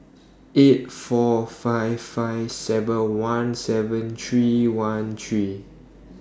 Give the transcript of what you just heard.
eight four five five seven one seven three one three